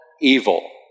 evil